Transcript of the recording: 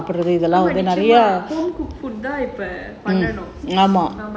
இப்ப பண்ணனும்:ippa pandrathu